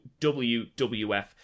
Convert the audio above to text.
WWF